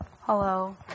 Hello